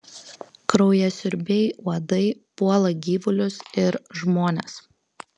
kraujasiurbiai uodai puola gyvulius ir žmones